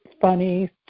funny